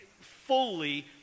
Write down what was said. fully